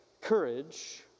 courage